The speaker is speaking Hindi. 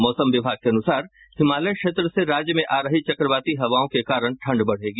मौसम विभाग के अनुसार हिमालय क्षेत्र से राज्य में आ रही चक्रवाती हवाओं के कारण ठंड बढ़ेगी